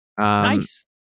nice